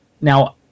now